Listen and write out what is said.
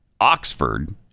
Oxford